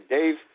Dave